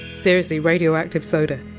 seriously, radioactive soda.